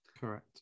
Correct